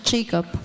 Jacob